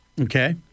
Okay